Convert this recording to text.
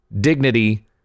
dignity